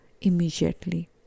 immediately